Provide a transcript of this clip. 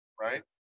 right